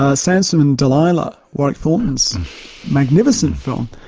ah samson and delilah, warwick thornton's magnificent film,